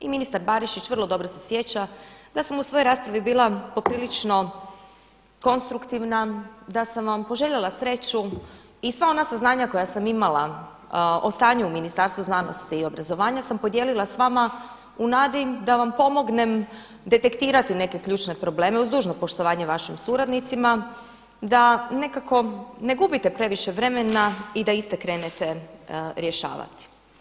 I ministar Barišić vrlo dobro se sjeća da sam u svojoj raspravi bila poprilično konstruktivna, da sam vam poželjela sreću i sva ona saznanja koja sam imala o stanju u Ministarstvu znanosti i obrazovanja sam podijelila s vama u nadi da vam pomognem detektirati neke ključne probleme uz dužno poštovanje vašim suradnicima da nekako ne gubite previše vremena i da iste krenete rješavati.